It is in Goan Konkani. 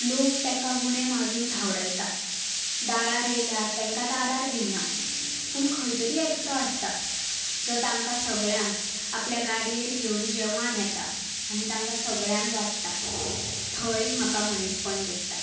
लोक तेंकां गुणे मारून धांवडायता दारार येयल्यार तेंकां दारार घेयना पूण खंयतरी एकटो आसता जो तांकां सगळ्यांक आपल्या गाडयेर घेवन जेवन येता आनी तांकां सगळ्यांक वाडटा थंय म्हाका मनीसपण दिसता